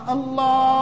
Allah